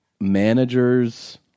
manager's